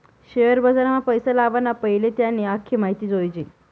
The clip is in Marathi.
शेअर बजारमा पैसा लावाना पैले त्यानी आख्खी माहिती जोयजे